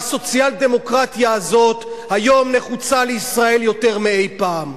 והסוציאל-דמוקרטיה הזאת היום נחוצה לישראל יותר מאי-פעם.